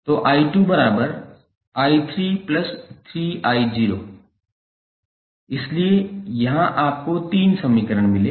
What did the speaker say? तो 𝑖2𝑖33I0 इसलिए यहां आपको तीन समीकरण मिले